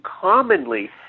commonly